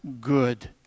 good